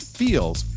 feels